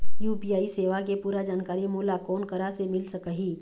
UPI सेवा के पूरा जानकारी मोला कोन करा से मिल सकही?